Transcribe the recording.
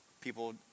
people